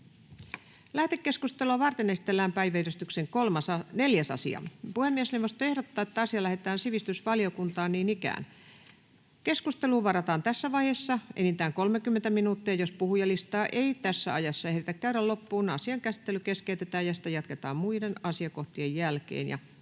Lähetekeskustelua varten esitellään päiväjärjestyksen 5. asia. Puhemiesneuvosto ehdottaa, että asia lähetetään sivistysvaliokuntaan. Keskusteluun varataan tässä vaiheessa enintään 30 minuuttia. Jos puhujalistaa ei tässä ajassa ehditä käydä loppuun, asian käsittely keskeytetään ja sitä jatketaan muiden asiakohtien jälkeen.